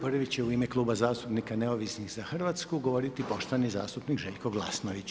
Prvi će u ime Kluba zastupnika Neovisnih za Hrvatsku govoriti poštovani zastupnik Željko Glasnović.